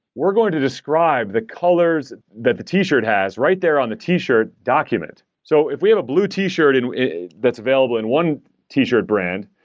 we're going to describe the colors that the t-shirt has right there on the t-shirt document. so if we have a blue t-shirt and that's available in one t-shirt brand,